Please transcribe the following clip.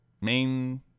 Main